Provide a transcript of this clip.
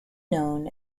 known